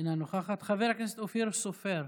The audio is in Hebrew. אינה נוכחת, חבר הכנסת אופיר סופר,